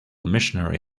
missionary